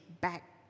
back